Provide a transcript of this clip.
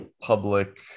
public